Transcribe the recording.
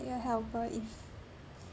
your helper if